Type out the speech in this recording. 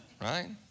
Right